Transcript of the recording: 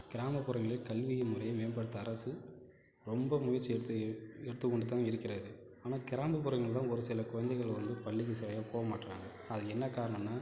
கிராமப்புறங்களில் கல்வி முறையை மேம்படுத்த அரசு ரொம்ப முயற்சி எடுத்து எடுத்துக்கொண்டு தான் இருக்கிறது ஆனால் கிராமப்புறங்களில் தான் ஒரு சில குழந்தைகள் வந்து பள்ளிக்கு சரியாக போகமாட்றாங்க அதுக்கு என்ன காரணம்னா